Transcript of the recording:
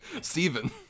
Steven